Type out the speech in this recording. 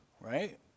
right